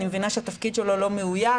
אני מבינה שהתפקיד שלו לא מאוייש,